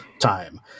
time